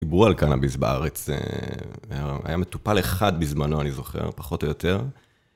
דיברו על קנאביס בארץ, היה מטופל אחד בזמנו, אני זוכר, פחות או יותר.